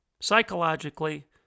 psychologically